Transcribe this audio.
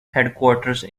headquarters